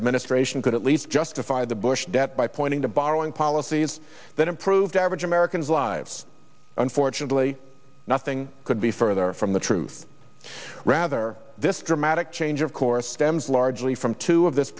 administration could at least justify the bush debt by pointing to borrowing policies that improve the average americans lives unfortunately nothing could be further from the truth rather this dramatic change of course stems largely from two of this